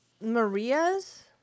Maria's